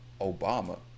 Obama